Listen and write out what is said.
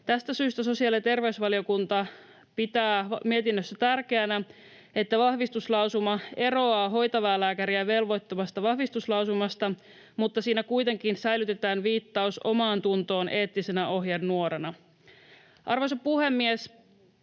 Tästä syystä sosiaali- ja terveysvaliokunta pitää mietinnössä tärkeänä, että vahvistuslausuma eroaa hoitavaa lääkäriä velvoittavasta vahvistuslausumasta mutta siinä kuitenkin säilytetään viittaus omaantuntoon eettisenä ohjenuorana. Arvoisa puhemies!